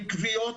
עם כוויות,